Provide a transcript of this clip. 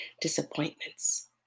disappointments